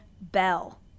Bell